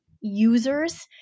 users